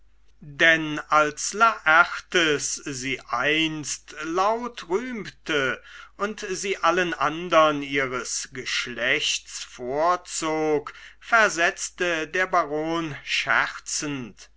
denn als laertes sie einst laut rühmte und sie allen andern ihres geschlechts vorzog versetzte der baron scherzend